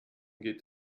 geht